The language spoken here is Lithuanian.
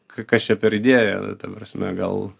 k kas čia per idėja ta prasme gal